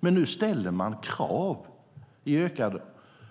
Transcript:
Nu ställer man dock krav i ökad